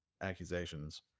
accusations